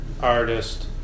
artist